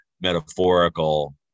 metaphorical